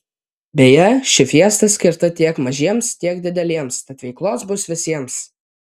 beje ši fiesta skirta tiek mažiems tiek dideliems tad veiklos bus visiems